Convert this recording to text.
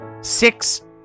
six